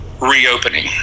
Reopening